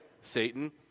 Satan